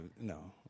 no